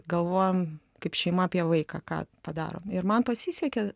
galvojam kaip šeima apie vaiką ką padarom ir man pasisekė